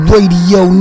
Radio